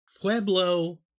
Pueblo